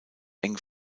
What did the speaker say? eng